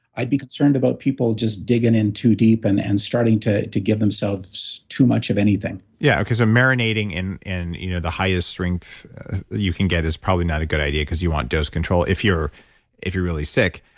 i'd be concerned about people just digging in too deep and and starting to to give themselves too much of anything yeah, because you're marinating in in you know the highest strength that you can get is probably not a good idea because you want dose control if you're if you're really sick.